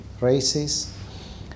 races